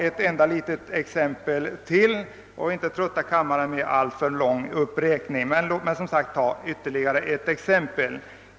Jag skall inte här trötta kammarens ledamöter med någon längre upprepning men vill ändå ta ytterligare ett exempel.